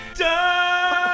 done